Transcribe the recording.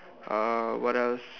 uh what else